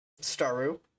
Staru